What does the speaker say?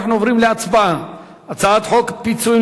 אנחנו עוברים להצבעה על הצעת חוק פיצויים